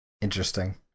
Interesting